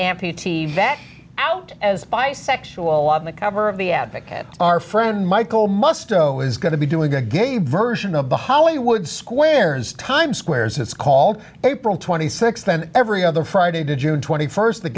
vet out as bisexual on the cover of the advocate our friend michael musto is going to be doing a gay version of the hollywood squares time squares it's called april twenty sixth and every other friday to june twenty first the